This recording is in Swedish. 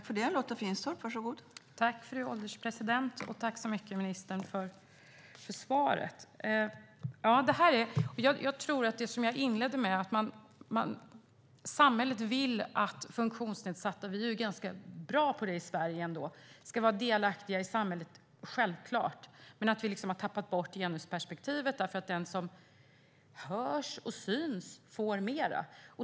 Fru ålderspresident! Tack, ministern, för svaret! Jag tror, som jag inledde med, att samhället vill att funktionsnedsatta ska vara delaktiga. Det är självklart. Vi är ändå ganska bra på det i Sverige. Men vi har tappat bort genusperspektivet eftersom den som hörs och syns får mera.